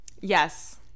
Yes